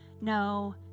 no